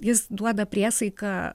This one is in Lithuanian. jis duoda priesaiką